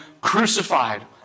crucified